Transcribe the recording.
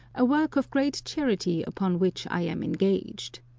a work of great charity upon which i am engaged.